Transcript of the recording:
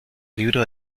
libro